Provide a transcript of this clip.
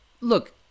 look